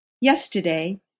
Yesterday